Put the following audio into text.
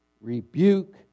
rebuke